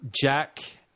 Jack